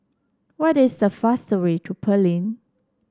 what is the fastest way to Berlin